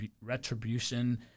retribution